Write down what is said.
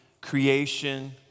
creation